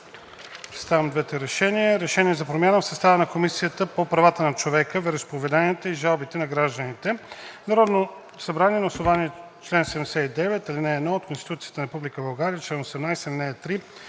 представям двете решения: „РЕШЕНИЕ за промяна в състава на Комисията по правата на човека, вероизповеданията и жалбите на гражданите Народното събрание на основание чл. 79, ал. 1 от Конституцията на Република България, чл. 18, ал. 3